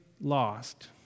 lost